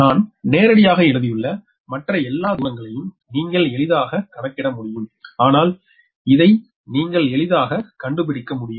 நான் நேரடியாக எழுதியுள்ள மற்ற எல்லா தூரங்களையும் நீங்கள் எளிதாக கணக்கிட முடியும் ஆனால் இதை நீங்கள் எளிதாக கண்டுபிடிக்க முடியும்